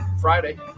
Friday